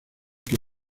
que